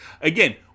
again